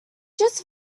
just